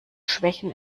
schwächen